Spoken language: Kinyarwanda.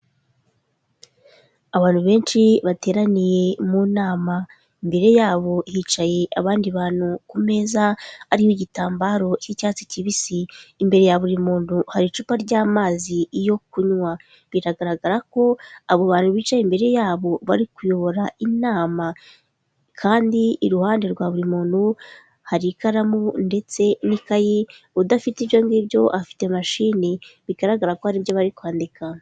Abantu benshi bateraniye mu nama, imbere yabo hicaye abandi bantu ku meza ariho igitambaro k'icyatsi kibisi, imbere ya buri muntu hari icupa ry'amazi yo kunywa, biragaragara ko abo bantu bicaye imbere yabo bari kuyobora inama kandi iruhande rwa buri muntu hari ikaramu ndetse n'ikayi, udafite ibyo ngibyo afite mashini, bigaragara ko hari ibyo bari kwandika.